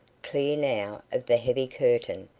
clear now of the heavy curtain,